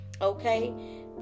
okay